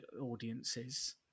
audiences